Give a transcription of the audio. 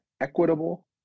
equitable